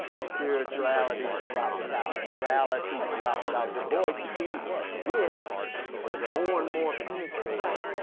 spirituality drops out. morality drops out. du bois sees this more and more penetrating